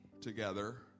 together